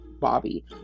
Bobby